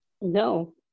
No